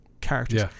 characters